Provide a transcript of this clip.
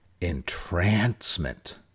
entrancement